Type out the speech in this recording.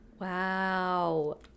Wow